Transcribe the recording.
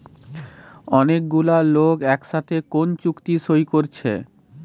অনেক গুলা লোক একসাথে কোন চুক্তি সই কোরছে